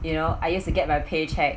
you know I used to get my paycheck